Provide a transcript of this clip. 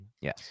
yes